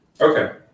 okay